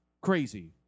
crazy